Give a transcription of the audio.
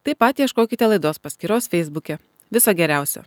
taip pat ieškokite laidos paskyros feisbuke viso geriausio